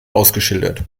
ausgeschildert